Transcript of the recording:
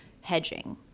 hedging